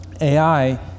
AI